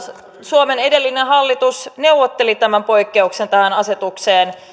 suomen edellinen hallitus neuvotteli tämän poikkeuksen tähän asetukseen